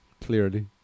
Clearly